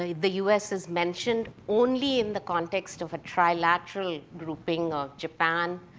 ah the us is mentioned only in the context of a trilateral grouping of japan,